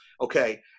okay